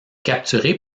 capturé